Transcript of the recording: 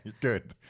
good